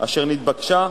בבקשה,